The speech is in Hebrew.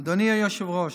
אדוני היושב-ראש,